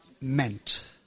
Meant